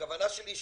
הכוונה שלי,